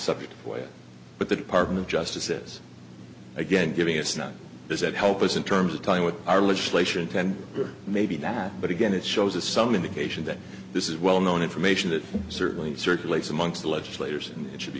subject away but the department of justice is again giving it's not does that help us in terms of telling what our legislation ten or maybe not but again it shows us some indication that this is well known information that certainly circulates amongst the legislators and it should be